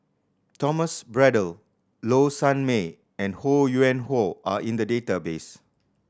Thomas Braddell Low Sanmay and Ho Yuen Hoe are in the database